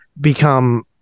become